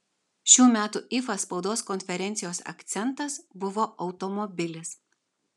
šių metų ifa spaudos konferencijos akcentas buvo automobilis